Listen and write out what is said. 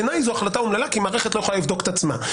בעיניי זו החלטה אומללה כי מערכת לא יכולה לבדוק את עצמה.